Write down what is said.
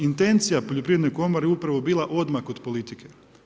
Intencija poljoprivredne komore je upravo bila odmak od politike.